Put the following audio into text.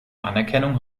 anerkennung